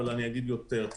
אבל אני אגיד יותר.